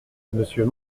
monsieur